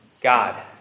God